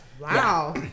wow